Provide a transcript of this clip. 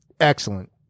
excellent